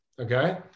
okay